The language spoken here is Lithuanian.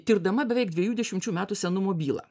tirdama beveik dviejų dešimčių metų senumo bylą